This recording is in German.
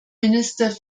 minister